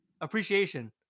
appreciation